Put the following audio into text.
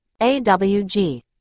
AWG